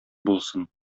булсын